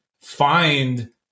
find